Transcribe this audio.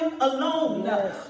alone